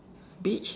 beige